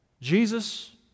Jesus